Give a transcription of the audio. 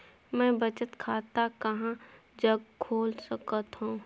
मैं बचत खाता कहां जग खोल सकत हों?